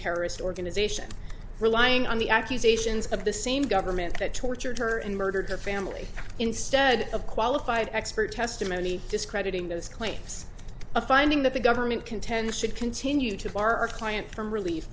terrorist organization relying on the accusations of the same government that tortured her and murdered her family instead of qualified expert testimony discrediting those claims a finding that the government contends should continue to bar a client from relief